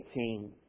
18